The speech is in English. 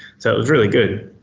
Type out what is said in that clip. so it was really good.